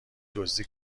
دزدی